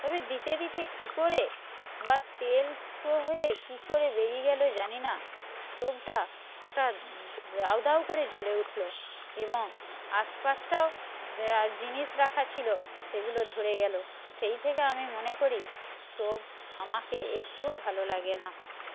তবে দিতে দিতে কীকরে বা তেল ফুটো হয়ে কীকরে বেরিয়ে গেল জানি না স্টোভটা হঠাৎ দাউ দাউ করে জ্বলে উঠল এবং আশপাশটাও জিনিস রাখা ছিলো সেগুলো ধরে গেল সেই থেকে আমি মনে করি স্টোভ আমাকে একটুও ভালো লাগে না